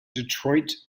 detroit